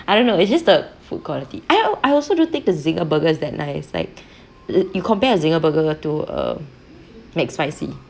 I don't know it's just the food quality I I also don't think that zinger burgers are that nice like l~ you compare a zinger burger to uh mcspicy